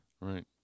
Right